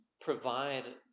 provide